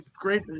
great